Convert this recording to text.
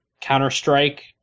Counter-Strike